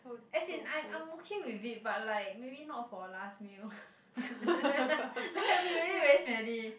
as in I'm I'm okay with it but like maybe not for last meal like it will be really very smelly